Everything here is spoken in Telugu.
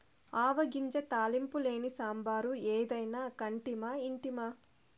ఆవ గింజ తాలింపు లేని సాంబారు ఏదైనా కంటిమా ఇంటిమా